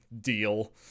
deal